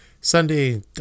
Sunday